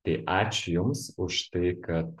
tai ačiū jums už tai kad